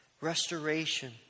restoration